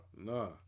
Nah